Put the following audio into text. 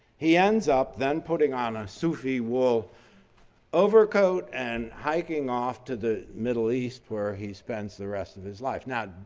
he ends up then putting on a soviet wool overcoat and hiking off to the middle east where he spent the rest of his life. now,